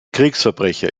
kriegsverbrecher